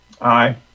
Aye